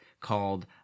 called